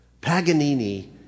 Paganini